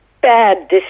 bad